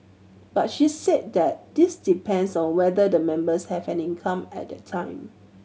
but she said that this depends on whether the members have an income at that time